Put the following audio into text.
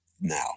now